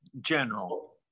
general